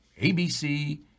ABC